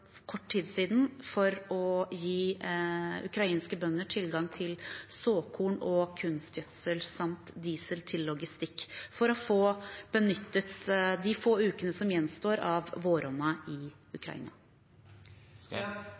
å gi ukrainske bønder tilgang til såkorn og kunstgjødsel samt diesel til logistikk, for å få benyttet de få ukene som gjenstår av våronna i